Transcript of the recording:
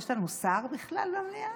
יש לנו שר בכלל במליאה?